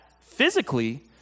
physically